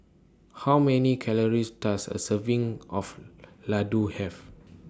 How Many Calories Does A Serving of Ladoo Have